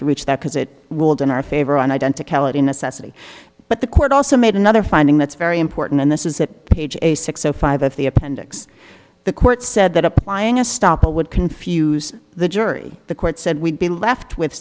to reach that because it will do in our favor and identical in assessing but the court also made another finding that's very important and this is that page a six zero five at the appendix the court said that applying a stop it would confuse the jury the court said we'd be left with